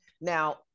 now